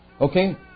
Okay